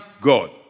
God